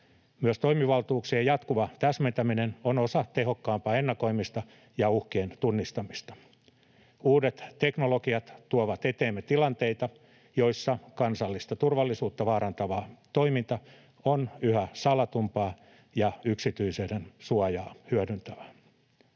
Myös toimivaltuuksien jatkuva täsmentäminen on osa tehokkaampaa ennakoimista ja uhkien tunnistamista. Uudet teknologiat tuovat eteemme tilanteita, joissa kansallista turvallisuutta vaarantava toiminta on yhä salatumpaa ja yksityisyyden suojaa hyödyntävää.